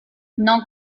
non